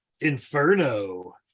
Inferno